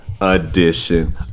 Edition